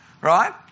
right